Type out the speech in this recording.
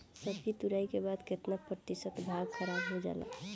सब्जी तुराई के बाद केतना प्रतिशत भाग खराब हो जाला?